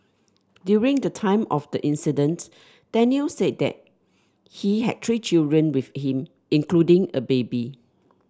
during the time of the incident Daniel say that he had three children with him including a baby